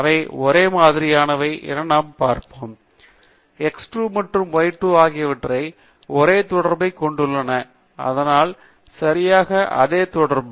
அவை ஒரே மாதிரியானவை என நாம் பார்ப்போம் x 2 மற்றும் y 2 ஆகியவை ஒரே தொடர்பைக் கொண்டுள்ளன அதனால் சரியாக அதே தொடர்பு